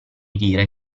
dire